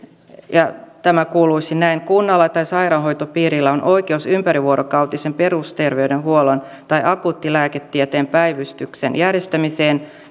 ja tämä kuuluisi näin kunnalla tai sairaanhoitopiirillä on oikeus ympärivuorokautisen perusterveydenhuollon tai akuuttilääketieteen päivystyksen järjestämiseen